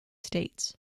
states